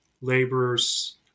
laborers